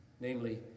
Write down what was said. Namely